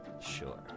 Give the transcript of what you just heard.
Sure